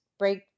break